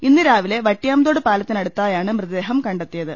ഇന്ന് രാവിലെ വട്ട്യാംതോട് പാലത്തിനടുത്തായാണ് മൃതദേഹം കണ്ടെത്തയത്